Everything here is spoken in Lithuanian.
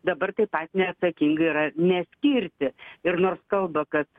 dabar taip pat neatsakingai yra neskirti ir nors kalba kad